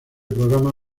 programa